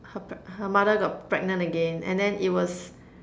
her pa~ her mother got pregnant again and then it was